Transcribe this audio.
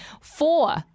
four